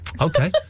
Okay